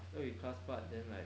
after you class part then like